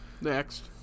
next